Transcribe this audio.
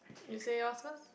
you say yours first